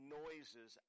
noises